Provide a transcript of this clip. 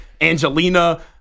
Angelina